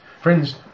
Friends